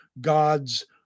God's